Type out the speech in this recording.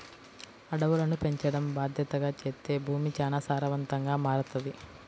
అడవులను పెంచడం బాద్దెతగా చేత్తే భూమి చానా సారవంతంగా మారతది